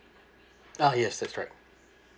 ah yes that's right